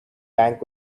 bank